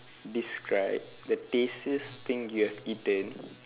describe the tastiest thing you have eaten